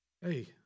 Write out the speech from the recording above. Hey